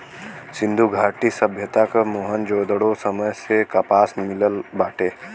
सिंधु घाटी सभ्यता क मोहन जोदड़ो समय से कपास मिलल बाटे